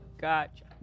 Gotcha